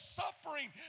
suffering